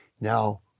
Now